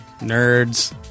nerds